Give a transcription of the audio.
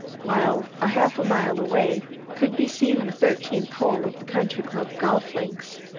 while a half-mile away could be seen the thirteenth hole of the country-club golf links.